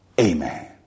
Amen